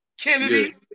Kennedy